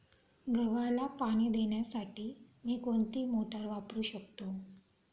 गव्हाला पाणी देण्यासाठी मी कोणती मोटार वापरू शकतो?